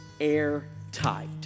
airtight